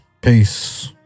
Peace